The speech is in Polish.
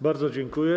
Bardzo dziękuję.